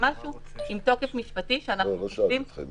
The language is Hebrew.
זה משהו עם תוקף משפטי שאנחנו חושבים